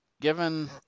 given